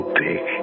big